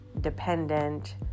dependent